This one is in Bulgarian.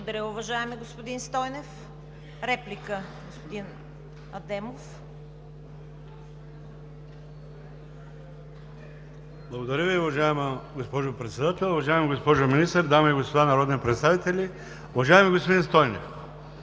Благодаря, уважаеми господин Стойнев. Реплика, господин Адемов. ХАСАН АДЕМОВ (ДПС): Благодаря Ви, уважаема госпожо Председател. Уважаема госпожо Министър, дами и господа народни представители! Уважаеми господин Стойнев,